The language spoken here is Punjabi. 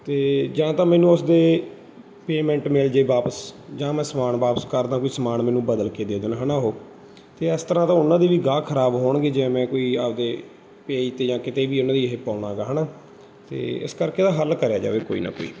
ਅਤੇ ਜਾਂ ਤਾਂ ਮੈਨੂੰ ਉਸਦੇ ਪੇਮੈਂਟ ਮਿਲ ਜਾਵੇ ਵਾਪਿਸ ਜਾਂ ਮੈਂ ਸਾਮਾਨ ਵਾਪਿਸ ਕਰਦਾ ਕੋਈ ਸਮਾਨ ਮੈਨੂੰ ਬਦਲ ਕੇ ਦੇ ਦੇਣ ਹੈ ਨਾ ਉਹ ਅਤੇ ਇਸ ਤਰ੍ਹਾਂ ਦਾ ਉਹਨਾਂ ਦੀ ਵੀ ਗਾਹਕ ਖ਼ਰਾਬ ਹੋਣਗੇ ਜੇ ਐਵੇਂ ਕੋਈ ਆਪਣੇ ਪੇਜ 'ਤੇ ਜਾਂ ਕਿਤੇ ਵੀ ਉਹਨਾਂ ਦੀ ਇਹ ਪਾਉਣਾ ਹੈਗਾ ਹੈ ਨਾ ਅਤੇ ਇਸ ਕਰਕੇ ਇਹਦਾ ਹੱਲ ਕਰਿਆ ਜਾਵੇ ਕੋਈ ਨਾ ਕੋਈ